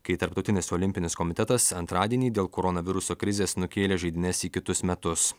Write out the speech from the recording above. kai tarptautinis olimpinis komitetas antradienį dėl koronaviruso krizės nukėlė žaidynes į kitus metus